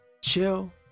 chill